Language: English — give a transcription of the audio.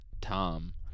Tom